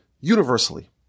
universally